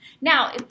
Now